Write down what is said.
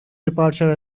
departure